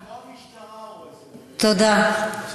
אבל לא המשטרה הורסת, תודה.